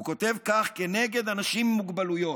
הוא כותב כך נגד אנשים עם מוגבלויות,